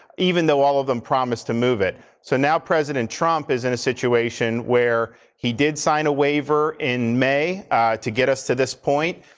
even though all of them promised to move it. so now president trump is in a situation where he did sign a waiver in may to get us to this point.